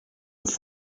with